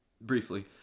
briefly